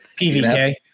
PVK